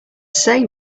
say